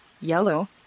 yellow